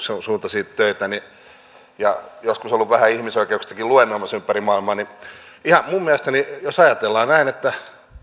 suuntaisia töitä ja joskus ollut vähän ihmisoikeuksistakin luennoimassa ympäri maailmaa niin minun mielestäni jos ajatellaan sitä että